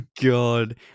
God